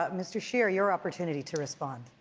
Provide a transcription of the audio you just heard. ah mr. scheer, your opportunity to respond.